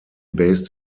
based